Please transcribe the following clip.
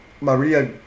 Maria